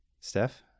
Steph